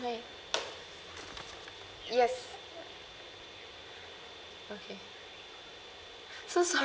yes okay so sorry